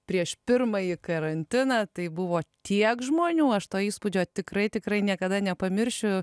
prieš pirmąjį karantiną tai buvo tiek žmonių aš to įspūdžio tikrai tikrai niekada nepamiršiu